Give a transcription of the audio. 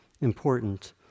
important